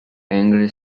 angry